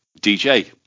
dj